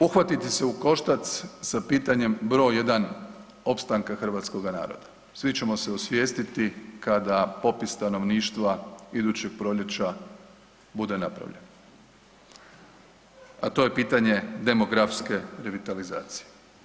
Uhvatiti se u koštac sa pitanjem broj jedan, opstanka hrvatskoga naroda, svi ćemo se osvijestiti kada popis stanovništva idućeg proljeća bude napravljen, a to je pitanje demografske revitalizacije.